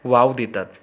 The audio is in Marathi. वाव देतात